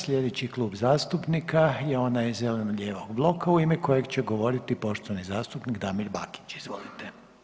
Slijedeći Klub zastupnika je onaj zeleno-lijevog bloka u ime kojeg će govoriti poštovani zastupnik Damir Bakić, izvolite.